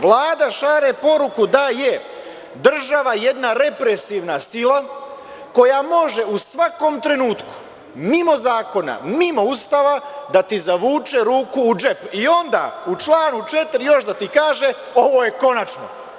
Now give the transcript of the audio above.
Vlada šalje poruku da je država jedna represivna sila koja može u svakom trenutku, mimo zakona, mimo Ustava da ti zavuče ruku u džep i onda u članu 4. još da ti kaže – ovo je konačno.